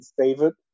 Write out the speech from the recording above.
favorite